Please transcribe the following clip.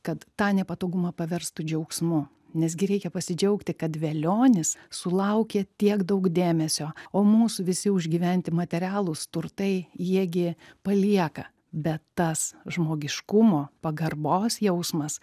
kad tą nepatogumą paverstų džiaugsmu nes gi reikia pasidžiaugti kad velionis sulaukė tiek daug dėmesio o mūsų visi užgyventi materialūs turtai jie gi palieka bet tas žmogiškumo pagarbos jausmas